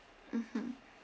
mmhmm